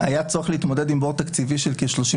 היה צורך להתמודד עם בור תקציבי של כ-39